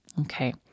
okay